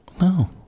no